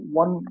one